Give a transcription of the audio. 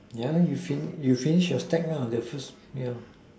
yeah you finish you finish your stack ah the first ya